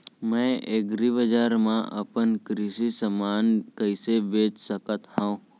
मैं एग्रीबजार मा अपन कृषि समान कइसे बेच सकत हव?